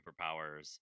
superpowers